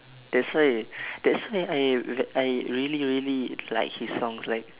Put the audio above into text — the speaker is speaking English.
that's why that's why I I really really like his songs like